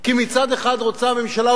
כי מצד אחד רוצה הממשלה,